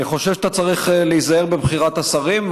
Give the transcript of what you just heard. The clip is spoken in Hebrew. אני חושב שאתה צריך להיזהר בבחירת השרים,